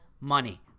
money